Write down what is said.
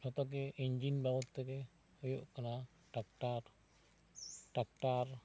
ᱡᱚᱛᱚ ᱜᱮ ᱤᱱᱡᱤᱱ ᱵᱟᱵᱚᱛ ᱛᱮ ᱜᱮ ᱦᱩᱭᱩᱜ ᱠᱟᱱᱟ ᱴᱟᱠᱴᱟᱨ ᱴᱟᱠᱴᱟᱨ